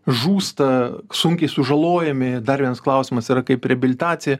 žūsta sunkiai sužalojami dar vienas klausimas yra kaip reabilitacija